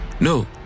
no